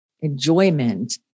enjoyment